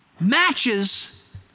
Matches